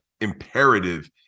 imperative